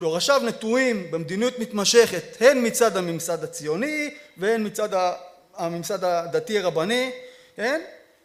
שורשיו נטועים במדיניות מתמשכת הן מצד הממסד הציוני והן מצד הממסד הדתי רבני, כן?